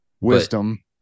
Wisdom